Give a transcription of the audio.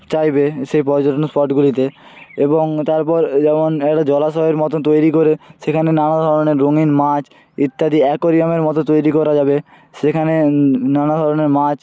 চাইবে সেই পর্যটন স্পটগুলিতে এবং তারপর যেমন একটা জলাশয়ের মতন তৈরি করে সেখানে নানা ধরনের রঙিন মাছ ইত্যাদি অ্যাকরিয়ামের মতো তৈরি করা যাবে সেখানে নানা ধরনের মাছ